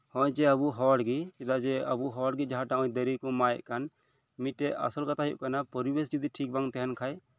ᱱᱚᱜᱼᱚᱭ ᱡᱮ ᱟᱵᱚ ᱦᱚᱲᱜᱮ ᱪᱮᱫᱟᱜ ᱡᱮ ᱟᱵᱚ ᱦᱚᱲ ᱜᱮ ᱡᱟᱦᱟᱸ ᱴᱟᱜ ᱫᱟᱨᱮ ᱠᱚ ᱢᱟᱜ ᱠᱟᱱ ᱢᱤᱫᱴᱮᱡ ᱟᱥᱚᱞ ᱠᱟᱛᱷᱟ ᱦᱩᱭᱩᱜ ᱠᱟᱱᱟ ᱯᱚᱨᱤᱵᱮᱥ ᱡᱚᱫᱤ ᱴᱷᱤᱠ ᱴᱷᱟᱠ ᱵᱟᱝ ᱛᱟᱦᱮᱱ ᱠᱷᱟᱱ